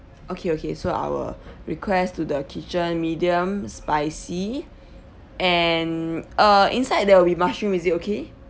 okay okay so I will request to the kitchen medium spicy and uh inside there will be mushroom is it okay